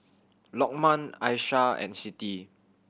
Lokman Aishah and Siti